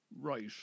Right